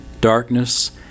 darkness